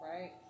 right